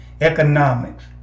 Economics